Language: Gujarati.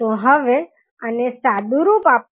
તેથી આ સમાન જ રહેશે